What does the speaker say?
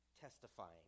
testifying